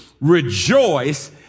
rejoice